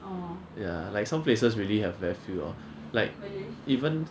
ya like some places really have left very few orh like even